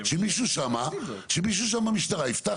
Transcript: שמישהו שם במשטרה יפתח